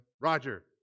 Roger